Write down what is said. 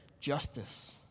justice